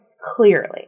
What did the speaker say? clearly